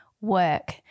work